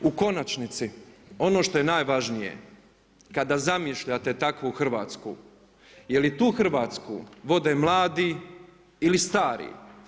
U konačnici, ono što je najvažnije kada zamišljate takvu Hrvatsku jeli tu Hrvatsku vode mladi ili stari?